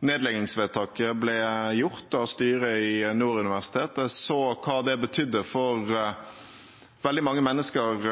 nedleggingsvedtaket ble gjort av styret i Nord universitet, og jeg så hva det betydde for veldig mange mennesker